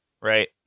Right